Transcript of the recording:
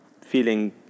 feeling